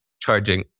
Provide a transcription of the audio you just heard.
charging